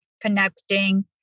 connecting